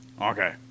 Okay